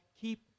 keep